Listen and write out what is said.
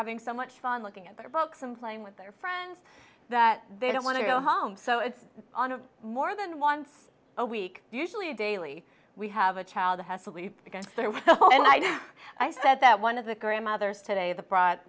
having so much fun looking at their books and playing with their friends that they don't want to go home so it's on a more than once a week usually daily we have a child has to leave and i know i said that one of the grandmothers today that brought